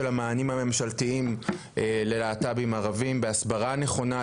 המענים הממשלתיים ללהט״בים ערביים ולפעול להסברה נכונה,